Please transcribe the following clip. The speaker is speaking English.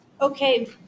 Okay